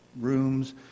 rooms